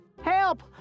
Help